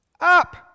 Up